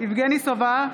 יבגני סובה,